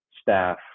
staff